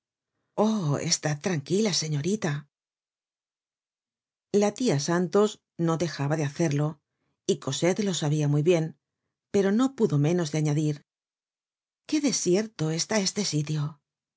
oh estad tranquila señorita la tia santos no dejaba de hacerlo y cosette lo sabia muy bien pero no pudo menos de añadir qué desierto está este sitio